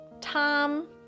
tom